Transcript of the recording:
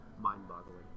mind-boggling